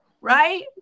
right